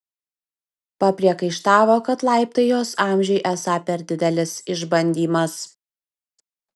papriekaištavo kad laiptai jos amžiui esą per didelis išbandymas